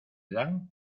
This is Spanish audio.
dan